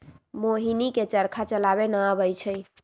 मोहिनी के चरखा चलावे न अबई छई